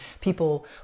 people